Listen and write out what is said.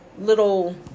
little